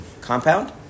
compound